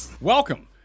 Welcome